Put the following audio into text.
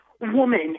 woman